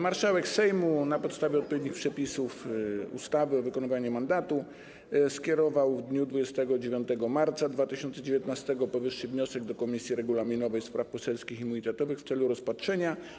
Marszałek Sejmu na podstawie odpowiednich przepisów ustawy o wykonywaniu mandatu skierował w dniu 29 marca 2019 r. powyższy wniosek do Komisji Regulaminowej, Spraw Poselskich i Immunitetowych w celu rozpatrzenia.